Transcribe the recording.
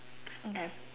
okay